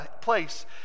place